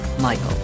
Michael